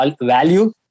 value